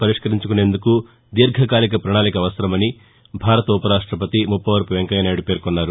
పరిష్కరించుకునేందుకు దీర్ఘకాలిక పణాళిక అవసరమని భారత ఉపరాష్ణపతి ముప్పవరపు వెంకయ్య నాయుడు పేర్కొన్నారు